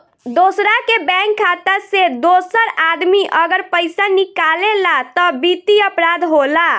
दोसरा के बैंक खाता से दोसर आदमी अगर पइसा निकालेला त वित्तीय अपराध होला